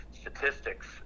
statistics